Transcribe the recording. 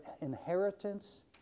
inheritance